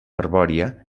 arbòria